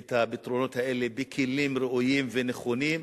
את הפתרונות האלה בכלים ראויים ונכונים,